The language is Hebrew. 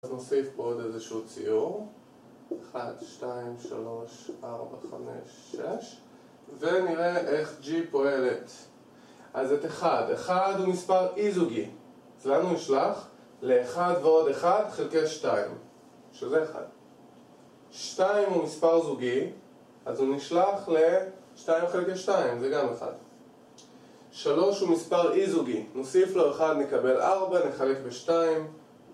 נוסיף פה עוד איזשהו ציור 1, 2, 3, 4, 5, 6 ונראה איך G פועלת אז את 1, 1 הוא מספר אי-זוגי אז לאן הוא נשלח ל-1 ועוד 1 חלקי 2 שזה 1. 2 הוא מספר זוגי אז הוא נשלח ל-2 חלקי 2, זה גם 1. 3 הוא מספר אי-זוגי נוסיף לו 1, נקבל 4, נחלק ב-2